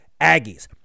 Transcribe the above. Aggies